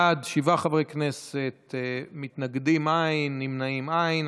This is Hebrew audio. בעד, שבעה חברי כנסת, מתנגדים, אין, נמנעים, אין.